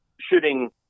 shooting